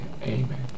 Amen